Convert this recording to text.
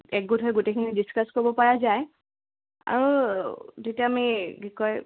একগোট হৈ গোটেইখিনি ডিছকাছ কৰিব পৰা যায় আৰু তেতিয়া আমি কি কয়